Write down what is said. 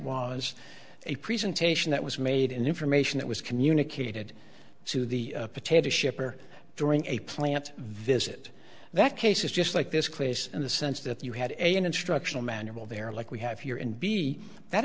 was a presentation that was made in information that was communicated to the potato shipper during a plant visit that cases just like this clase in the sense that you had an instructional manual there like we have here and b that